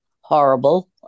horrible